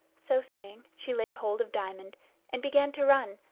so saying, she laid hold of diamond and began to run,